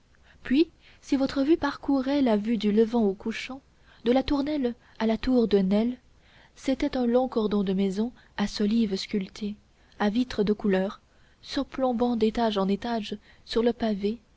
puis si votre vue parcourait la vue du levant au couchant de la tournelle à la tour de nesle c'était un long cordon de maisons à solives sculptées à vitres de couleur surplombant d'étage en étage sur le pavé